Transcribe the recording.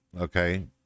okay